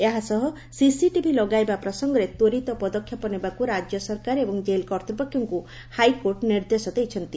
ଏହାସହ ସିସିଟିଭି ଲଗାଇବା ପ୍ରସଙ୍ଗରେ ତ୍ୱରିତ ପଦକ୍ଷେପ ନେବାକୁ ରାଜ୍ୟ ସରକାର ଏବଂ ଜେଲ୍ କର୍ତ୍ତୃପକ୍ଷଙ୍କୁ ହାଇକୋର୍ଟ ନିର୍ଦ୍ଦେଶ ଦେଇଛନ୍ତି